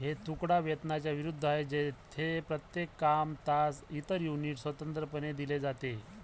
हे तुकडा वेतनाच्या विरुद्ध आहे, जेथे प्रत्येक काम, तास, इतर युनिट स्वतंत्रपणे दिले जाते